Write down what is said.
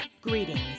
Greetings